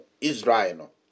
Israel